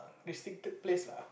restricted place lah